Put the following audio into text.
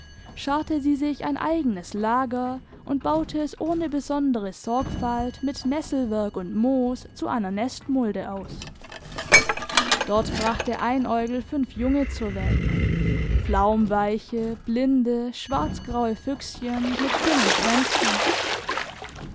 scharrte sie sich ein eigenes lager und baute es ohne besondere sorgfalt mit nesselwerg und moos zu einer nestmulde aus dort brachte einäugel fünf junge zur welt flaumweiche blinde schwarzgraue füchschen mit dünnen schwänzchen